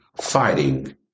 fighting